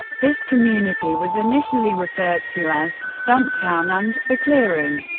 this community was initially referred to as stumptown and the clearing,